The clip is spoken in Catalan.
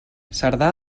cerdà